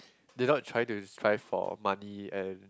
did not try to strive for money and